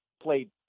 played